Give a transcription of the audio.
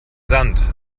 sand